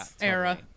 era